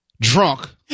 drunk